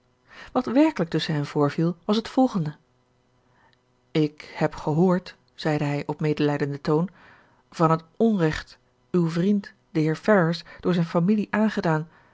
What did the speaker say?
wat werkelijk tusschen hen voorviel was het volgende ik heb gehoord zeide hij op medelijdenden toon van het onrecht uw vriend den heer ferrars door zijn familie aangedaan